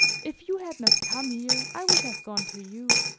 if you had not come here, i would have gone to you.